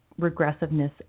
regressiveness